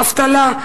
אבטלה,